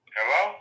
Hello